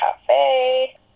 Cafe